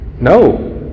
No